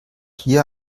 hier